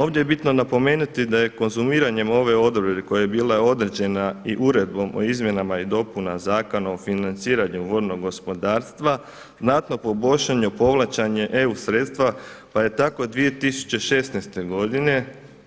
Ovdje je bitno napomenuti da je konzumiranjem ove odredbe koja je bila određena i Uredbom o izmjenama i dopunama Zakona o financiranju vodnog gospodarstva znatno poboljšano povlačenje eu sredstava pa je tako 2016. godine